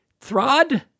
Throd